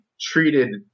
treated